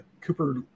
Cooper